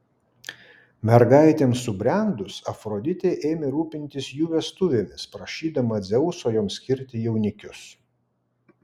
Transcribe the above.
mergaitėms subrendus afroditė ėmė rūpintis jų vestuvėmis prašydama dzeuso joms skirti jaunikius